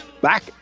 Back